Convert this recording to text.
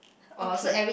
okay